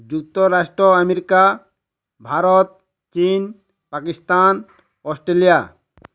ଯୁକ୍ତରାଷ୍ଟ୍ର ଆମେରିକା ଭାରତ ଚୀନ୍ ପାକିସ୍ତାନ ଅଷ୍ଟ୍ରେଲିଆ